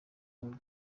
bombi